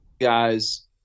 guys